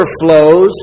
flows